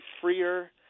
freer